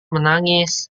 menangis